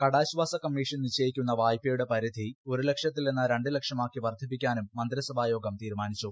കടാശ്വാസ commission നിശ്ചയിക്കുന്ന വായ്പയുടെ പരിധി ഒരു ലക്ഷത്തിൽ നിന്ന് രണ്ടുലക്ഷമാക്കി വർദ്ധിപ്പിക്കാനും മന്ത്രിസഭാ യോഗം തീരുമാനിച്ചു